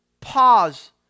pause